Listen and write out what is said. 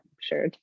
sure